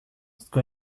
ska